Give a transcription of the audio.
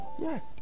yes